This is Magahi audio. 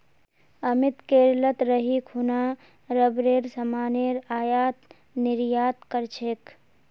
अमित केरलत रही खूना रबरेर सामानेर आयात निर्यात कर छेक